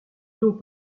d’eau